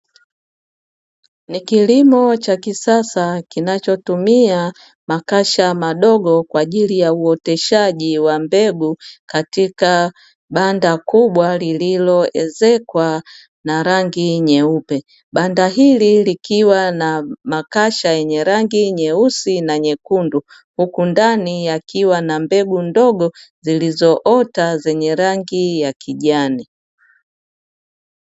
Ni kilimo cha kisasa kinachotumia makasha madogo kwa ajili ya uoteshaji wa mbegu katika banda kubwa lililoezekwa na rangi nyeupe. Banda hili likiwa na makasha yenye rangi nyeusi na nyekundu, huku ndani yakiwa na mbegu ndogo zilizoota zenye rangi ya kijani.